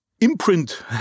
imprint